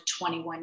21